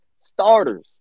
starters